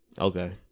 Okay